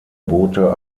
boote